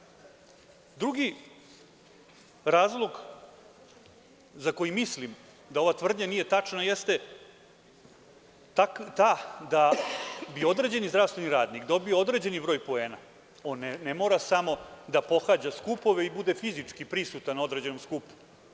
Drugi razlog za koji mislim da ova tvrdnja nije tačna jeste ta - da bi određeni zdravstveni radnik dobio određeni broj poena, on ne mora samo da pohađa skupove i bude fizički prisutan na određenom skupu.